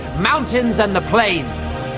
mountains and the plains.